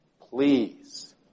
please